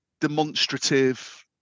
demonstrative